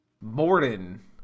Morden